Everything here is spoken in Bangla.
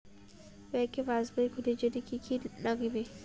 ব্যাঙ্কের পাসবই খুলির জন্যে কি কি নাগিবে?